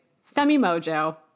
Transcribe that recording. semi-mojo